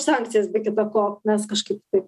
sankcijas be kita ko mes kažkaip taip